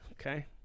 Okay